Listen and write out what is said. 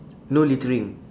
no littering